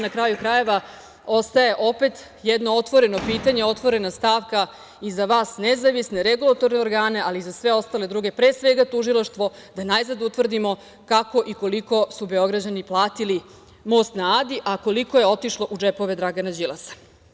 Na kraju krajeva, ostaje opet jedno otvoreno pitanje, otvorena stavka i za vas nezavisne, regulatorne organe, ali i za sve ostale druge, pre svega tužilaštvo, da najzad utvrdimo kako i koliko su Beograđani platili most na Adi, a koliko je otišlo u džepove Dragana Đilasa.